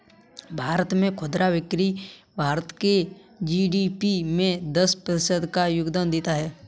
भारत में खुदरा बिक्री भारत के जी.डी.पी में दस प्रतिशत का योगदान देता है